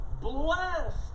blessed